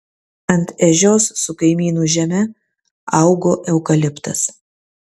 ant ežios su kaimynų žeme augo eukaliptas